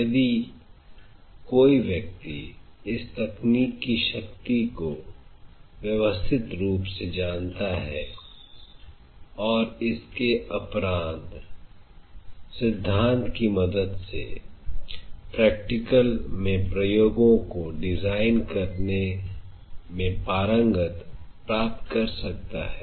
यदि कोई व्यक्ति इस तकनीक की शक्ति को व्यवस्थित रूप से जानता है और इसके उपरांत सिद्धांत की मदद से प्रैक्टिकल में प्रयोगो को डिजाइन करने में पारंगत प्राप्त कर सकता है